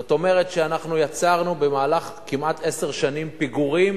זאת אומרת שאנחנו יצרנו במהלך כמעט עשר שנים פיגורים